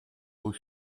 aux